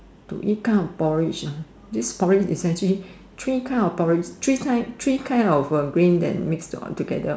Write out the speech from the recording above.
to eat kind of porridge this porridge is essentially three kind of grain that kind of grain mixed together